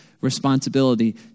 responsibility